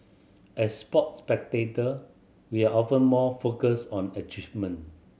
as sports spectator we are often more focused on achievement